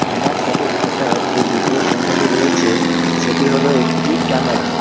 আমার সাথে থাকা যে দ্বিতীয় পণ্যটি রয়েছে সেটি হলো একটি ক্যামেরা